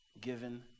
given